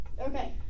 Okay